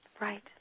Right